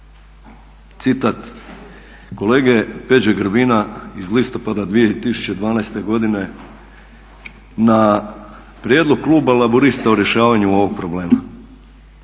citat kolege Peđe Grbina iz listopada 2012.godine na prijedlog kluba Laburista o rješavanju ovog problema.